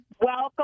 welcome